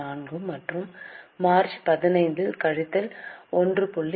40 மற்றும் மார்ச் 15 இல் கழித்தல் 1